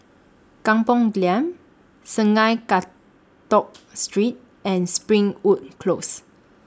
Kampung Glam Sungei Kadut Street and Springwood Close